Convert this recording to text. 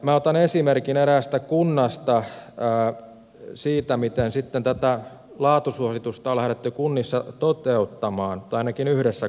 minä otan esimerkin eräästä kunnasta siitä miten sitten tätä laatusuositusta on lähdetty kunnissa toteuttamaan tai ainakin yhdessä kunnassa